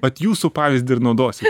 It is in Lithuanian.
vat jūsų pavyzdį ir naudosiu